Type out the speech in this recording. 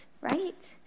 right